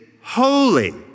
holy